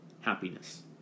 happiness